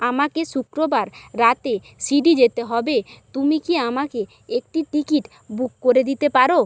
আমাকে শুক্রবার রাতে সিডি যেতে হবে তুমি কি আমাকে একটি টিকিট বুক করে দিতে পারো